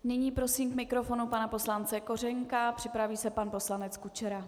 Nyní prosím k mikrofonu pana poslance Kořenka, připraví se pan poslanec Kučera.